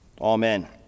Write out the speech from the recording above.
Amen